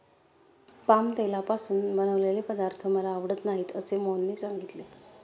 palm तेलापासून बनवलेले पदार्थ मला आवडत नाहीत असे मोहनने सांगितले